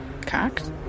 cocked